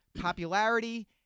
popularity